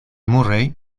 murray